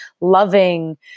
loving